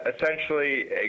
essentially